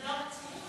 זה לא המציעים?